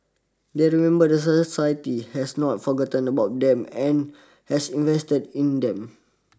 they remember that society has not forgotten about them and has invested in them